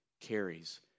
carries